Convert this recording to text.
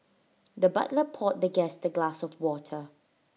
the butler poured the guest A glass of water